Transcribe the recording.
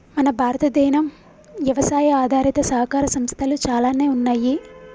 మన భారతదేనం యవసాయ ఆధారిత సహకార సంస్థలు చాలానే ఉన్నయ్యి